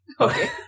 Okay